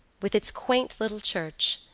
with its quaint little church,